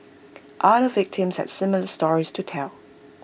other victims had similar stories to tell